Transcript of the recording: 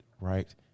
right